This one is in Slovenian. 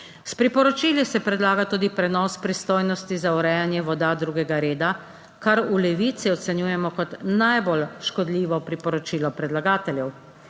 S priporočili se predlaga tudi prenos pristojnosti za urejanje voda drugega reda, kar v Levici ocenjujemo kot najbolj škodljivo priporočilo predlagateljev.